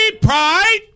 Pride